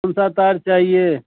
کون سا تار چاہیے